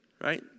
right